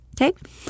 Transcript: Okay